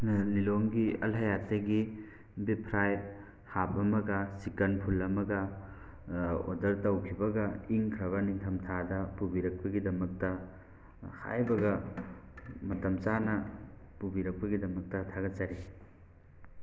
ꯂꯤꯂꯣꯡꯒꯤ ꯑꯜ ꯍꯌꯥꯠꯇꯒꯤ beef fried half ꯑꯃꯒ ꯆꯤꯛꯀꯟ ꯐꯨꯜ ꯑꯃꯒ ꯑꯣꯗꯔ ꯇꯧꯈꯤꯕꯒ ꯏꯪꯈ꯭ꯔꯕ ꯅꯤꯡꯊꯝ ꯊꯥꯗ ꯄꯨꯕꯤꯔꯛꯄ ꯒꯤꯗꯃꯛꯇ ꯍꯥꯏꯕꯒ ꯃꯇꯝ ꯆꯥꯅ ꯄꯨꯕꯤꯔꯛꯄꯒꯤꯗꯃꯛꯇ ꯊꯥꯒꯠꯆꯔꯤ